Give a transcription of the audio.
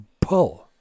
pull